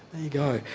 you go.